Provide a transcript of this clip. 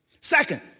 Second